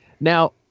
now